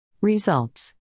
Results